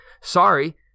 sorry